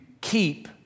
keep